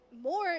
more